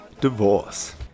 divorce